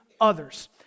others